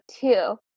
two